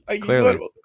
clearly